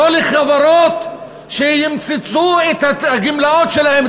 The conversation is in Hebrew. לא לחברות שימצצו את הגמלאות שלהם,